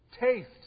taste